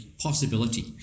possibility